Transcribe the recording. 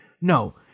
No